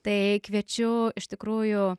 tai kviečiu iš tikrųjų